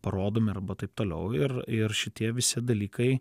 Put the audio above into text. parodomi arba taip toliau ir ir šitie visi dalykai